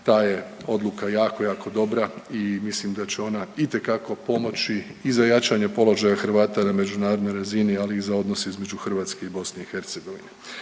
Ta je odluka jako, jako dobra i mislim da će ona itekako pomoći i za jačanje položaja Hrvata na međunarodnoj razini, ali i za odnose između Hrvatske i Bosne i Hercegovine.